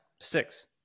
six